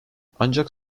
ancak